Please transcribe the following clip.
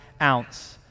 ounce